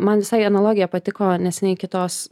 man visai analogija patiko neseniai kitos